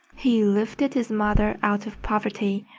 he lifted his mother out of poverty,